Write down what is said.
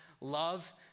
love